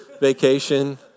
vacation